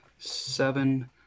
Seven